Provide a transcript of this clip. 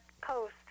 coast